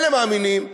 אלה מאמינים שאנחנו,